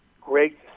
great